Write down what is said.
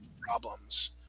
problems